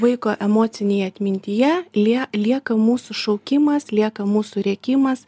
vaiko emocinėje atmintyje lie lieka mūsų šaukimas lieka mūsų rėkimas